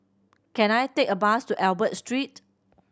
can I take a bus to Albert Street